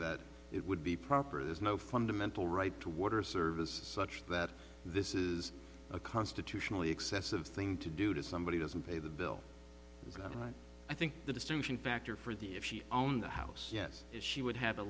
that it would be proper there's no fundamental right to water service such that this is a constitutionally excessive thing to do to somebody doesn't pay the bill i think the distinction factor for the if she owned the house yes if she would ha